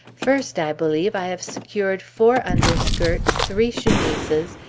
first, i believe, i have secured four underskirts, three chemises,